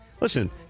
Listen